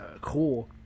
Cool